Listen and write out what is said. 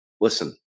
listen